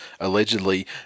allegedly